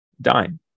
Dime